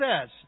says